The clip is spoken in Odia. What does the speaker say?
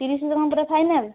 ତିରିଶି କ'ଣ ପୁରା ଫାଇନାଲ୍